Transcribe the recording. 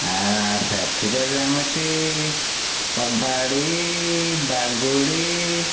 ଆ ସେଥିରେ ଯେମିତି କବାଡ଼ି ବାଗୁଡ଼ି